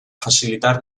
facilitar